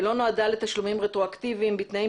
ולא נועדה לתשלומים רטרואקטיביים בתנאים